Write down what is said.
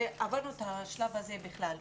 עברנו את השלב הזה בכלל.